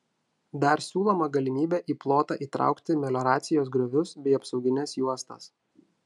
dar siūloma galimybė į plotą įtraukti melioracijos griovius bei apsaugines juostas